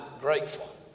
grateful